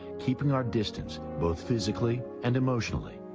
keeping our distance both physically and emotionally.